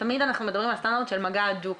תמיד אנחנו מדברים על סטנדרט של מגע הדוק.